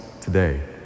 today